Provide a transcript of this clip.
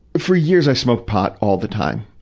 for years, i smoked pot all the time.